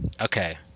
okay